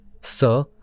Sir